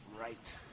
right